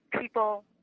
people